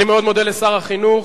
אני מאוד מודה לשר החינוך.